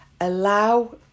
Allow